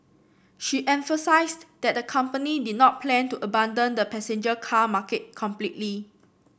she emphasised that the company did not plan to abandon the passenger car market completely